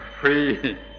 free